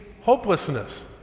hopelessness